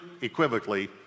equivocally